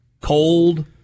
Cold